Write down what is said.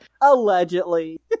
Allegedly